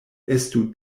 estu